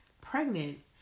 pregnant